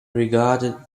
regarded